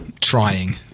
Trying